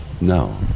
No